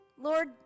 Lord